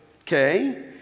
Okay